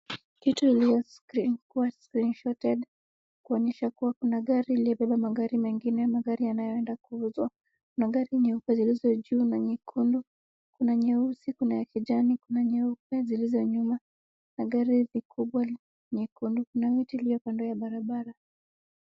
kitu iliyokuwa [cs) screenshoted [cs) kuonyesha kuwa kuna gari lililobeba magari mengine, magari yanayoenda kuuzwa, magari nyeupe zilizo juu na nyekundu, kuna nyeusi, kuna ya kijani, kuna nyeupe zilizo nyuma kuna gari kubwa nyekundu, kuna miti kando ya barabara.